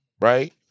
right